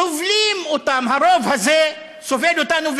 סובלים אותם, הרוב הזה סובל אותנו.